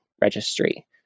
registry